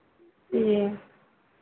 जी